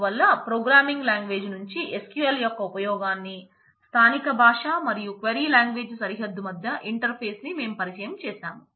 అందువల్ల programming language నుంచి SQL యొక్క ఉపయోగాన్ని స్థానిక భాష మరియు క్వైరీ లాంగ్వేజ్ ని మేం పరిచయం చేశాం